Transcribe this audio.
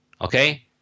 Okay